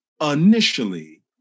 initially